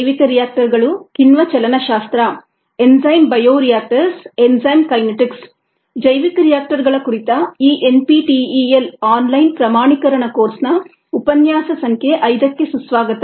ಜೈವಿಕರಿಯಾಕ್ಟರ್ಗಳ ಕುರಿತ ಈ NPTEL online ಪ್ರಮಾಣೀಕರಣ ಕೋರ್ಸ್ನ ಉಪನ್ಯಾಸ ಸಂಖ್ಯೆ 5 ಕ್ಕೆ ಸುಸ್ವಾಗತ